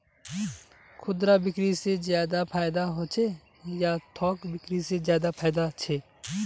खुदरा बिक्री से ज्यादा फायदा होचे या थोक बिक्री से ज्यादा फायदा छे?